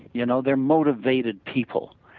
you know they are motivated people,